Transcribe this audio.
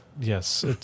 yes